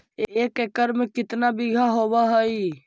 एक एकड़ में केतना बिघा होब हइ?